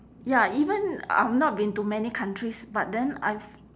ya even I'm not been to many countries but then I've